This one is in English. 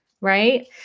right